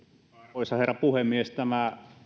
arvoisa herra puhemies tämä